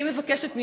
והיא מבקשת,